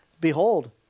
Behold